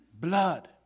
blood